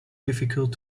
difficult